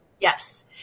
Yes